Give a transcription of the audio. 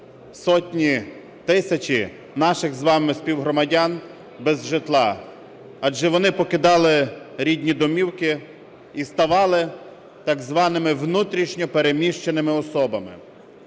сотні, тисячі наших з вами співгромадян без житла, адже вони покидали рідні домівки і ставали так званими внутрішньо переміщеними особами.